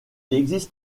existe